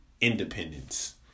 independence